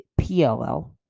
PLL